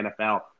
NFL